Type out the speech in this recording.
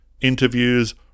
interviews